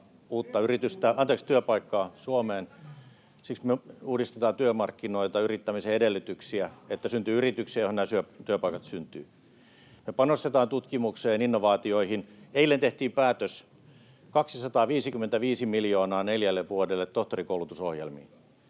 sataatuhatta uutta työpaikkaa Suomeen. Siksi me uudistetaan työmarkkinoita ja yrittämisen edellytyksiä, että syntyy yrityksiä, joihin nämä työpaikat syntyvät. Me panostetaan tutkimukseen, innovaatioihin. Eilen tehtiin päätös: 255 miljoonaa euroa neljälle vuodelle tohtorikoulutusohjelmiin.